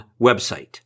website